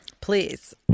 Please